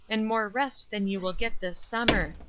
and more rest than you will get this summer.